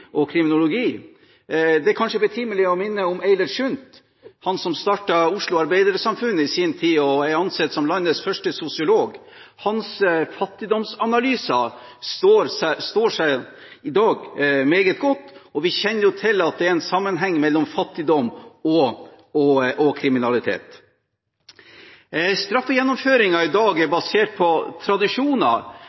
og kriminologi. Det er kanskje betimelig å minne om Eilert Sundt, som startet Oslo Arbeidersamfunn i sin tid og er ansett som landets første sosiolog. Hans fattigdomsanalyse står seg i dag meget godt, og vi kjenner jo til at det er en sammenheng mellom fattigdom og kriminalitet. Straffegjennomføringen i dag er basert på tradisjoner,